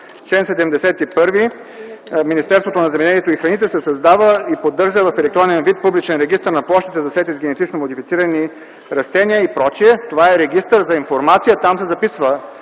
– в Министерството на земеделието и храните се създава и поддържа в електронен вид публичен регистър на площите, засети с генетично модифицирани растения и пр. Това е регистър за информация, там се записва